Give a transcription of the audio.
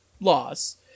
laws